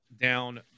down